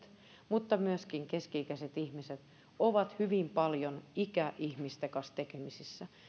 mutta myöskin keski ikäiset ihmiset ovat hyvin paljon ikäihmisten kanssa tekemisissä